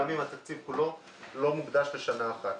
גם אם התקציב כולו לא מוקדש לשנה אחת.